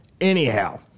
Anyhow